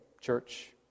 church